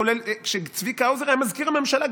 כולל כשצביקה האוזר היה מזכיר הממשלה,